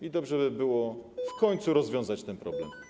I dobrze by było w końcu rozwiązać ten problem.